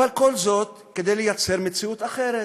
אבל כל זאת כדי לייצר מציאות אחרת,